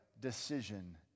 decision